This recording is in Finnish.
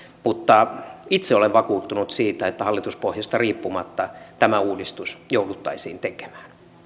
mutta itse olen vakuuttunut siitä että hallituspohjasta riippumatta tämä uudistus jouduttaisiin tekemään